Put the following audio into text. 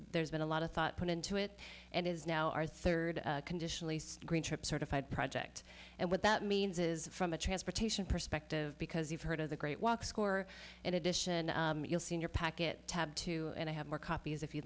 there's been a lot of thought put into it and is now our third conditionally green trip certified project and what that means is from a transportation perspective because you've heard of the great walk score in addition you'll see in your packet tab two and i have more copies if you